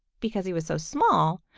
because he was so small,